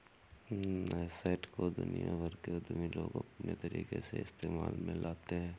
nascent को दुनिया भर के उद्यमी लोग अपने तरीके से इस्तेमाल में लाते हैं